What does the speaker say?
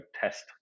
test